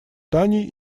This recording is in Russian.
таней